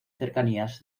cercanías